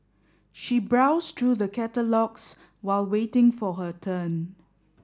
she browsed through the catalogues while waiting for her turn